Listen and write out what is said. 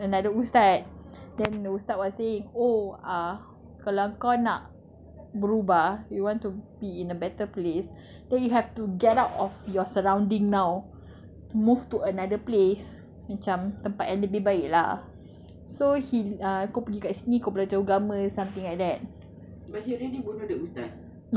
ah then he went to this another ustaz then the ustaz was saying oh ah kalau kau nak berubah if you want to be in a better place then you have to get out of your surrounding now move to another place macam tempat yang lebih baik lah so he ah kau pergi dekat sini kau belajar agama something like that